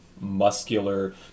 muscular